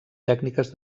tècniques